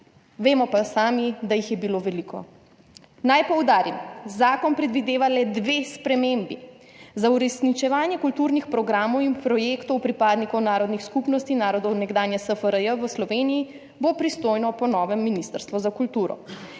sami pa vemo, da jih je bilo veliko. Naj poudarim, zakon predvideva le dve spremembi. Za uresničevanje kulturnih programov in projektov pripadnikov narodnih skupnosti narodov nekdanje SFRJ v Sloveniji bo po novem pristojno Ministrstvo za kulturo.